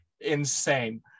Insane